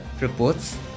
reports